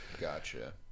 Gotcha